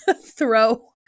throw